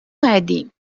اومدیم